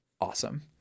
Awesome